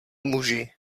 muži